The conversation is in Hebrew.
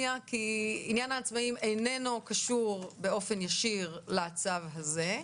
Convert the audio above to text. כי עניין העצמאים איננו קשור באופן ישיר לצו הזה,